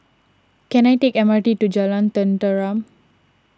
can I take M R T to Jalan Tenteram